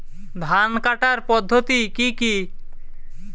ধান কাটার পদ্ধতি কি কি?